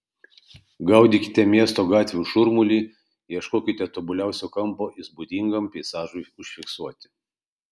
gaudykite miesto gatvių šurmulį ieškokite tobuliausio kampo įspūdingam peizažui užfiksuoti